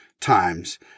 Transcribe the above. times